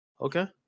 okay